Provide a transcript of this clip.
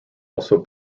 also